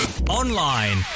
Online